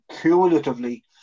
cumulatively